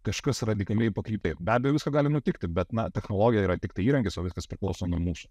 kažkas radikaliai pakrypę be abejo visko gali nutikti bet na technologija yra tiktai įrankis o viskas priklauso nuo mūsų